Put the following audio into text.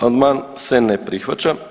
Amandman se ne prihvaća.